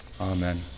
Amen